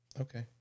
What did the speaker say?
Okay